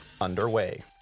underway